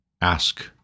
Ask